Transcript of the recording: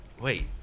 wait